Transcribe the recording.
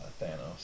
Thanos